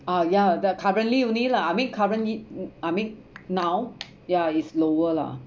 ah ya the currently only lah I mean currently I mean now ya is lower lah